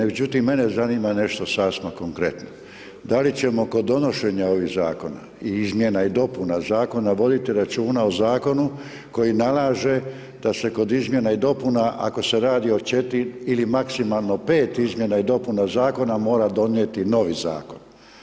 Međutim, mene zanima nešto sasma konkretno, da li ćemo kod donošenja ovih zakona i izmjena i dopuna zakona voditi računa o zakonu koji nalaže da se kod izmjena i dopuna ako se radi o 4 ili maksimalno 5 izmjena i dopuna zakona mora donijeti novi zakon.